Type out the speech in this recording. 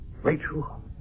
Rachel